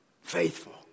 faithful